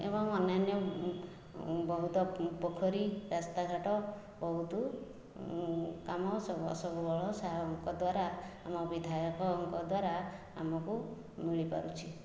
ଏବଂ ଅନ୍ୟାନ୍ୟ ବହୁତ ପୋଖରୀ ରାସ୍ତା ଘାଟ ବହୁତ କାମ ଅଶୋକ ବଳ ସାହୁଙ୍କ ଦ୍ଵାରା ଆମ ବିଧାୟକଙ୍କ ଦ୍ଵାରା ଆମକୁ ମିଳିପାରୁଛି